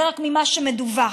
זה רק ממה שמדווח,